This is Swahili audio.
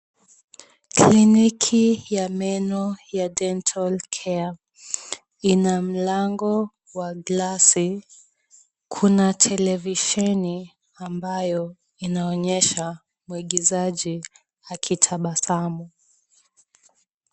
Kliniki ya meno ya Dental Care ina mlango wa glesi. Kuna televisheni ambayo inaonyesha muigizaji akitabasamu.